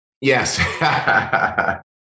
Yes